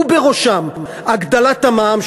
ובראשם הגדלת המע"מ,